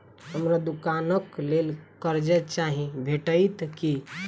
हमरा दुकानक लेल कर्जा चाहि भेटइत की?